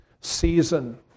season